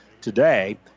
today